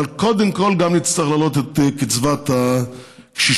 אבל קודם כול נצטרך להעלות את קצבת הקשישים,